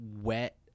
wet